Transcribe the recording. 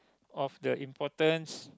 of the importance